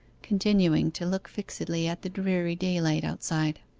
continuing to look fixedly at the dreary daylight outside.